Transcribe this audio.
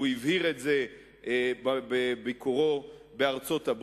הוא הבהיר את זה בביקורו בארצות-הברית.